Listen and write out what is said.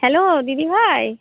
hello দিদিভাই